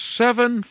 seven